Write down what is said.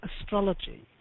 astrology